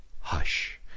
hush